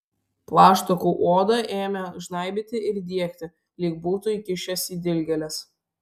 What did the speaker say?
plaštakų odą ėmė žnaibyti ir diegti lyg būtų įkišęs į dilgėles